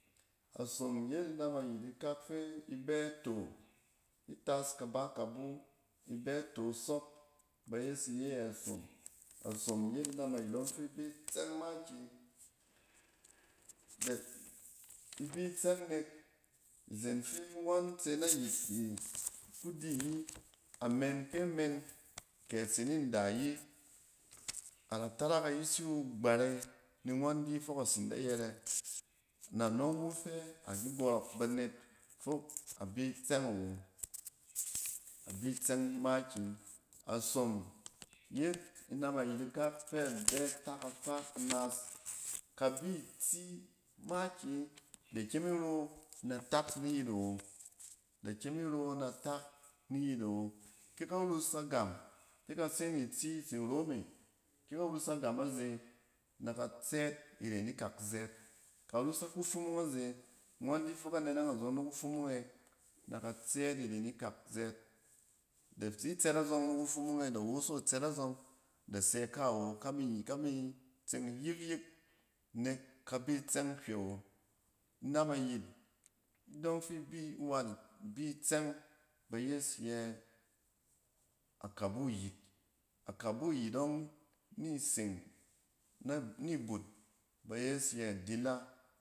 Asom yet inam ayit ikak fɛ ibɛ ato itas kaba kabu, ibɛ ato asɛp. ba yes iye yɛ asom. Asom yet inam ayit ɛng fi ibi tsɛng makiyi nek, ibi tsɛng nek izen fi ngɛn tse nayit kɛ iku di yi, a men, kɛ ase ni nda ayi, a da tarak ayisi wu gbarɛy ni ngɛn di fok atsin da yɛrɛ; na nɛng wu fɛ adi gɛrɛk banet fok abi tsɛng awo, abi tsɛng makiyi. Asom yet, inam ayit ikak fɛ abɛ atak afaa-naas. Ka bi itsii makiyi, da kyem iro na tak ni yit awo. Da kyem iro natak ni yit awo, kɛ ka rus agam, kɛ ka se ni tsi itsin ro me, kɛ ka rus agam aze nɛ ka tsɛɛt iren ikak zɛɛt. Ka rus a kufumung aze ngɛn di fok ka nɛnɛng azɛng ni kufunung e, na ka tsɛɛt iren ikak zɛɛt. Da tsi tsɛt azɛng ni kufumung e, da woso tsɛt e da sɛ ika wo, ka mi yi-kami tseng yik-yik nek ka bi, tsɛng hywɛ wo. Inam ayit idɛng fi bi wat ibi tsɛng, ba yes yɛ akabu yit. Akabu yit ɛng ni seng na-ni but, ba yes yɛ adila